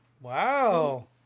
Wow